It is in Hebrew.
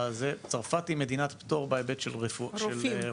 צרפת היא מדינת פטור בהיבט של רופאים נכון?